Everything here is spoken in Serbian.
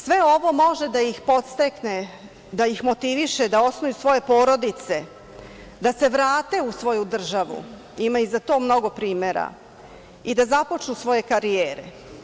Sve ovo može da ih podstakne, da ih motiviše da osnuju svoje porodice, da se vrate u svoju državu, ima i za to mnogo primera, i da započnu svoje karijere.